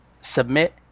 submit